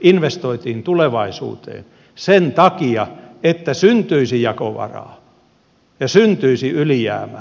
investoitiin tulevaisuuteen sen takia että syntyisi jakovaraa ja syntyisi ylijäämää